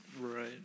Right